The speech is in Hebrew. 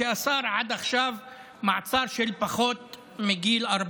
שאסר עד עכשיו מעצר של בני פחות מ-14,